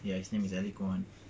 ya his name is elliecohen